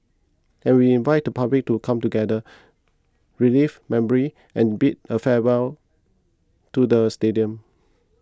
and we invite the public to come together relive memories and bid a farewell to the stadium